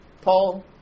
Paul